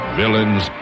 villains